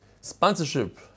Sponsorship